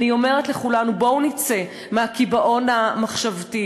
אני אומרת לכולנו: בואו נצא מהקיבעון המחשבתי.